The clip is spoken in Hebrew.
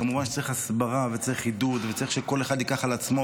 כמובן שצריך הסברה וצריך עידוד וצריך שכל אחד ייקח על עצמו,